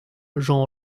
jean